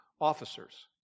officers